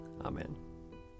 Amen